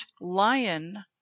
lion